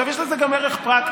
עכשיו, יש לזה גם ערך פרקטי.